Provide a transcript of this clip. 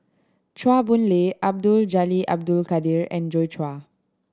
Chua Boon Lay Abdul Jalil Abdul Kadir and Joi Chua